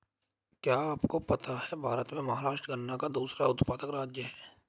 क्या आपको पता है भारत में महाराष्ट्र गन्ना का दूसरा बड़ा उत्पादक राज्य है?